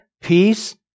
peace